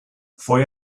fue